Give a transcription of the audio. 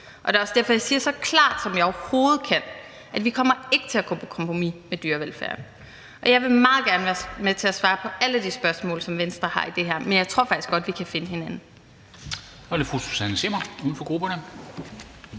Det er også derfor, jeg siger så klart, som jeg overhovedet kan: Vi kommer ikke til at gå på kompromis med dyrevelfærden. Og jeg vil meget gerne være med til at svare på alle de spørgsmål, som Venstre har i det her, men jeg tror faktisk godt, vi kan finde hinanden.